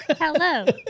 Hello